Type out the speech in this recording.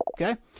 Okay